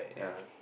yeah